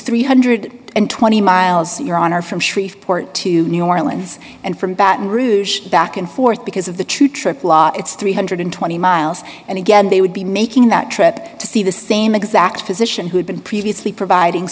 three hundred and twenty miles in your honor from shreveport to new orleans and from baton rouge back and forth because of the true trip to la it's three hundred and twenty miles and again they would be making that trip to see the same exact position who had been previously providing